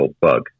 bug